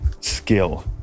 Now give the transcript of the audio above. skill